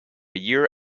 year